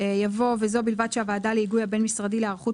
יבוא 'וזו בלבד שהוועדה להיגוי הבין משרדי להיערכות